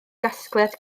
gasgliad